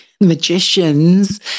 magicians